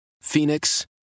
Phoenix